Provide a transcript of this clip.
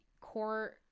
core